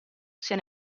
sia